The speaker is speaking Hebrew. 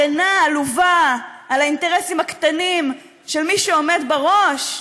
הגנה עלובה על האינטרסים הקטנים של מי שעומד בראש,